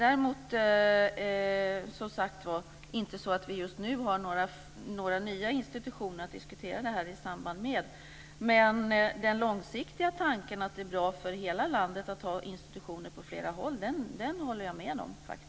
Däremot har vi inte, som sagt var, just nu några nya institutioner att diskutera det här i samband med. Men den långsiktiga tanken att det är bra för hela landet att ha institutioner på flera platser håller jag med om.